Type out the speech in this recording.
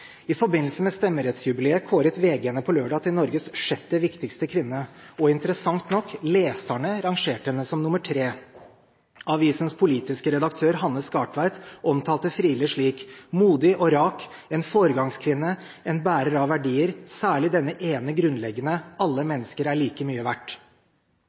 I forbindelse med stemmerettsjubileet kåret VG henne på lørdag til Norges sjette viktigste kvinne – og interessant nok: Leserne rangerte henne som nr. 3. Avisens politiske redaktør, Hanne Skartveit, omtalte Friele slik: «Modig og rak, En foregangskvinne, en bærer av verdier, særlig denne ene grunnleggende: Alle mennesker er like mye verdt.»